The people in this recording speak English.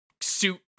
suit